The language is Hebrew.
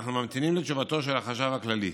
ואנחנו ממתינים לתשובתו של החשב הכללי.